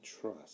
trust